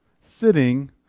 sitting